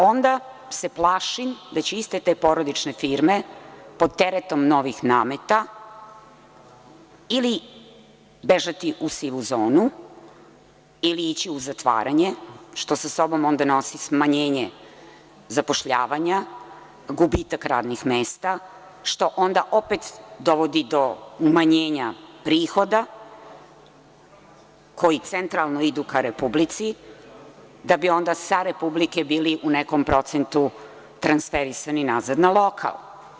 Onda se plašim da će te iste porodične firme pod teretom novih nameta, ili bežati u sivu zonu, ili ići u zatvaranje, što sa sobom nosi smanjenje zapošljavanja, gubitak radnih mesta, što onda opet dovodi do umanjenja prihoda, koji centralno idu ka Republici, da bi onda sa Republike bili u nekom procentu transferisani nazad na lokal.